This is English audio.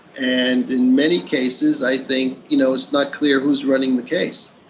and in many cases i think you know it's not clear who's running the case.